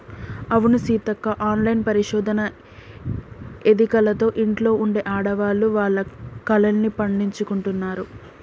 అవును సీతక్క ఆన్లైన్ పరిశోధన ఎదికలతో ఇంట్లో ఉండే ఆడవాళ్లు వాళ్ల కలల్ని పండించుకుంటున్నారు